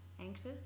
anxious